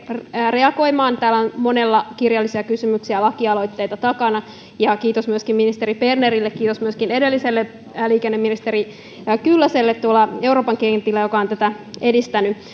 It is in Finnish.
reagoimaan tästä on monella kirjallisia kysymyksiä ja lakialoitteita takana ja kiitos myöskin ministeri bernerille kiitos myöskin edelliselle liikenneministeri kyllöselle tuolla euroopan kentillä joka on tätä edistänyt